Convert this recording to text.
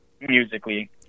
musically